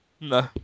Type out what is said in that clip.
No